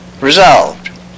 resolved